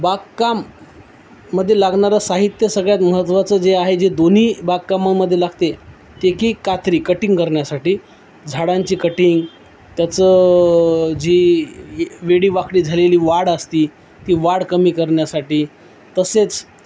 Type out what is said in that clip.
बागकाममध्ये लागणारा साहित्य सगळ्यात महत्त्वाचं जे आहे जे दोन्ही बागकामामध्ये लागते ते की कात्री कटिंग करण्यासाठी झाडांची कटिंग त्याचं जी वेडी वाकडी झालेली वाढ असते ती वाढ कमी करण्यासाठी तसेच